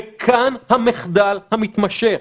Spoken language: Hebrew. וכאן המחדל המתמשך.